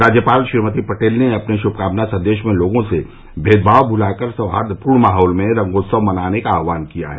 राज्यपाल श्रीमती पटेल ने अपने शुभ कामना सन्देश में लोगो से भेदभाव भुलाकर सौहार्दपूर्ण माहौल में रंगोत्सव मनाने का आहवान किया है